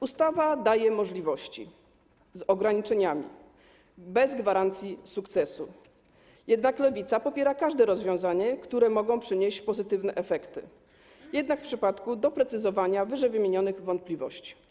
Ustawa daje możliwości, z ograniczeniami, bez gwarancji sukcesu, jednak Lewica popiera każde rozwiązanie, które może przynieść pozytywne efekty, jednak w przypadku doprecyzowania wyżej wymienionych wątpliwości.